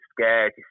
scared